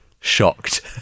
shocked